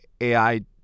AI